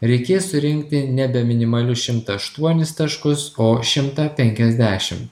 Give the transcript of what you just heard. reikės surinkti nebe minimalius šimtą aštuonis taškus o šimtą penkiasdešim